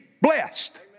blessed